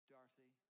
Dorothy